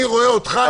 אני רואה אותך,